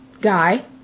guy